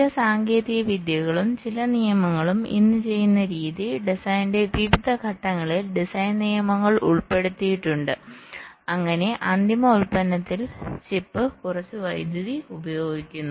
ചില സാങ്കേതിക വിദ്യകളും ചില നിയമങ്ങളും ഇന്ന് ചെയ്യുന്ന രീതി ഡിസൈനിന്റെ വിവിധ ഘട്ടങ്ങളിൽ ഡിസൈൻ നിയമങ്ങൾ ഉൾപ്പെടുത്തിയിട്ടുണ്ട് അങ്ങനെ അന്തിമ ഉൽപ്പന്നത്തിൽ ചിപ്പ് കുറച്ച് വൈദ്യുതി ഉപയോഗിക്കുന്നു